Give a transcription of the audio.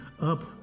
up